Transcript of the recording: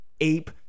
Ape